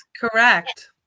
correct